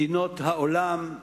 מדינות העולם,